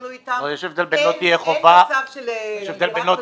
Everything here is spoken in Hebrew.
טוב, תקנות מס הכנסה, הנושא של ה-CRS.